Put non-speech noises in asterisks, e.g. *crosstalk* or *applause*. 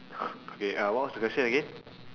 *noise* okay uh what was the question again